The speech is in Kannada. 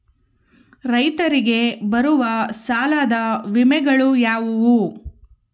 ರೈತರಿಗೆ ಬರುವ ಸಾಲದ ವಿಮೆಗಳು ಯಾವುವು?